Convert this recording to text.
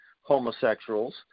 homosexuals